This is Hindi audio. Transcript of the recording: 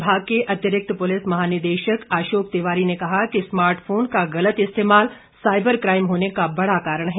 विभाग के अतिरिक्त पुलिस महानिदेशक अशोक तिवारी ने कहा कि स्मार्ट फोन का गलत इस्तेमाल साईबर काईम होने का बड़ा कारण है